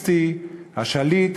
האליטיסטי השליט,